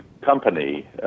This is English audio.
company